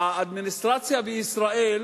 האדמיניסטרציה החדשה בישראל,